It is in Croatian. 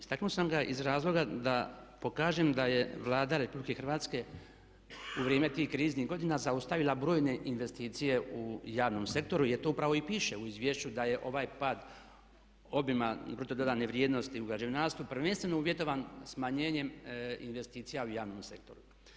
Istaknuo sam ga iz razloga da pokažem da je Vlada RH u vrijeme tih kriznih godina zaustavila brojne investicije u javnom sektoru, jer to upravo i piše u izvješću, da je ovaj pad obima bruto dodane vrijednosti u građevinarstvu prvenstveno uvjetovan smanjenjem investicija u javnom sektoru.